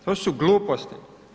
To su gluposti.